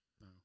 No